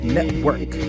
Network